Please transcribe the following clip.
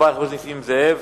חבר הכנסת נסים זאב,